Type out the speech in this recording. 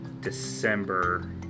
December